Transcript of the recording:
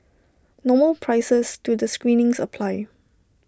normal prices to the screenings apply